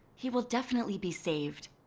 he will definitely be saved.